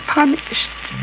punished